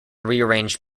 rearranged